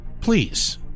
Please